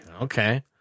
Okay